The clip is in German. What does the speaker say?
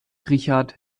richard